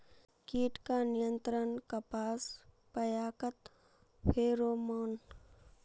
कीट का नियंत्रण कपास पयाकत फेरोमोन?